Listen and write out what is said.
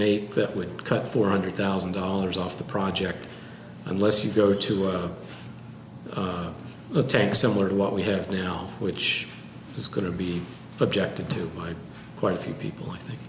make that would cut four hundred thousand dollars off the project unless you go to up the tank similar to what we have now which is going to be objected to by quite a few people i think